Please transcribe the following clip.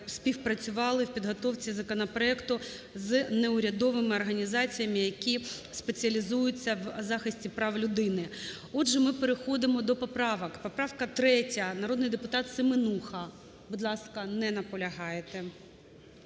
співпрацювали в підготовці законопроекту з неурядовими організаціями, які спеціалізуються в захисті прав людини. Отже, ми переходимо до поправок. Поправка 3-я, народний депутатСеменуха. Будь ласка. Не наполягаєте.